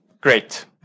Great